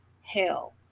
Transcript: hell